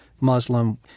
Muslim